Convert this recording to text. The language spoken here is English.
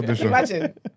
imagine